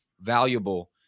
valuable